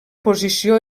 posició